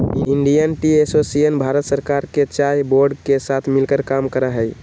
Indian tea association Bharat सरकार के चाय बोर्ड के साथ मिलकर काम करा हई